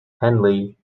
henley